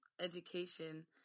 education